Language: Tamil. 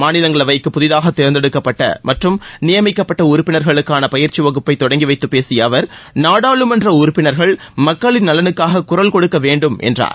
மாநிலங்களவைக்கு புதிதாக தேர்ந்தெடுக்கப்பட்ட மற்றும் நியமிக்கப்பட்ட உறுப்பினர்களுக்கான பயிற்சி வகுப்பை தொடங்கி வைத்துப் பேசிய அவர் நாடாளுமன்ற உறுப்பினர்கள் மக்களின் நலனுக்காக குரல் கொடுக்க வேண்டும் என்றார்